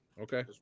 Okay